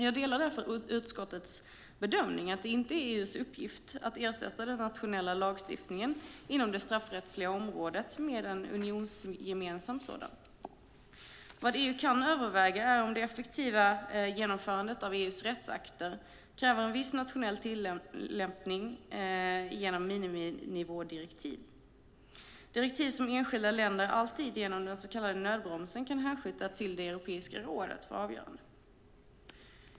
Jag delar därför utskottets bedömning att det inte är EU:s uppgift att ersätta den nationella lagstiftningen inom det straffrättsliga området med en unionsgemensam sådan. Vad EU kan överväga är om det effektiva genomförandet av EU:s rättsakter kräver en viss nationell tillnärmning genom miniminivådirektiv. Direktiv kan enskilda länder alltid genom den så kallade nödbromsen hänskjuta till det europeiska rådet för avgörande.